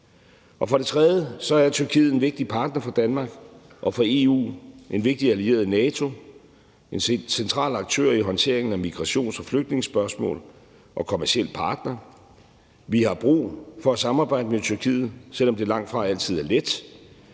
For det tredje er Tyrkiet en vigtig partner for Danmark og for EU, en vigtig allieret i NATO, en central aktør i håndteringen af migrations- og flygtningespørgsmål og en kommerciel partner. Vi har brug for at samarbejde med Tyrkiet, selv om det langtfra altid er let,